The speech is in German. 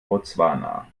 botswana